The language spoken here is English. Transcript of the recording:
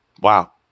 Wow